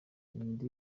indi